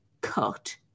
cut